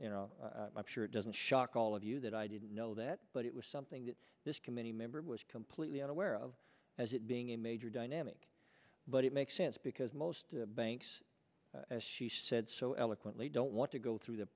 you know i'm sure it doesn't shock all of you that i didn't know that but it was something that this committee member was completely unaware of as it being a major dynamic but it makes sense because most banks as she said so eloquently don't want to go through the